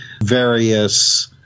various